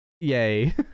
Yay